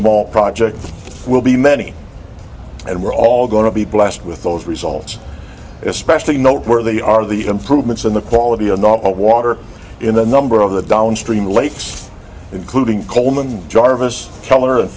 mall project will be many and we're all going to be blessed with those results especially noteworthy are the improvements in the quality of not water in the number of the down stream lakes including coleman jarvis keller and